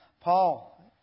Paul